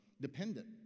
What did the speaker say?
dependent